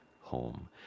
Home